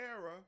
era